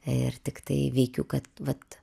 ir tiktai veikiu kad vat